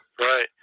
right